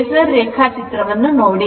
phasor ರೇಖಾಚಿತ್ರವನ್ನು ನೋಡಿ